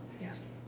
yes